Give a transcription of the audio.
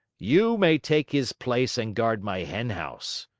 you may take his place and guard my henhouse.